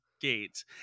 gate